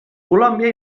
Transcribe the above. colòmbia